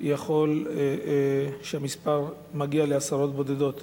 יכול שהמספר מגיע לעשרות בודדות.